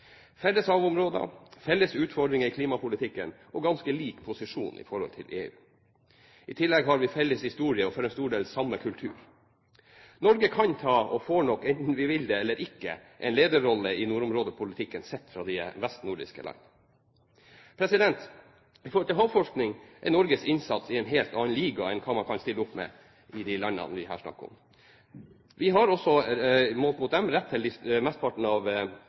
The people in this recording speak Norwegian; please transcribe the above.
felles havområder, felles utfordringer i klimapolitikken og ganske lik posisjon i forhold til EU. I tillegg har vi felles historie og for en stor del samme kultur. Norge kan ta – og får nok, enten vi vil det eller ikke – en lederrolle i nordområdepolitikken, sett fra de vestnordiske landene. Når det gjelder havforskning, er Norges innsats i en helt annen liga enn hva man kan stille opp med i de landene vi her snakker om. Vi har også – målt mot dem – rett til mesteparten av